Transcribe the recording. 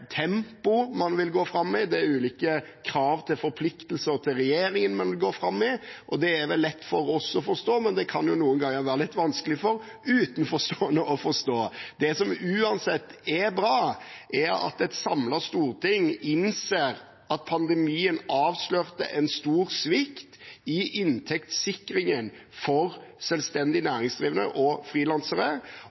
tempo og ha ulike krav til forpliktelse for regjeringen. Det er vel lett for oss å forstå, men det kan noen ganger være litt vanskelig for utenforstående å forstå. Det som uansett er bra, er at et samlet storting innser at pandemien avslørte en stor svikt i inntektssikringen for selvstendig næringsdrivende og frilansere,